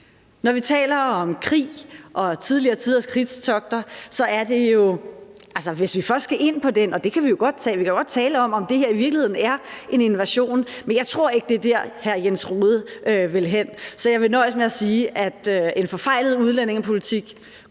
først skal ind på krig og tidligere tiders krigstogter, kan vi jo godt tale om, om det her i virkeligheden er en invasion. Men jeg tror ikke, det er dér, hr. Jens Rohde vil hen, så jeg vil nøjes med at sige, at en forfejlet udlændingepolitik